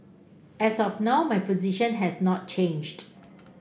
as of now my position has not changed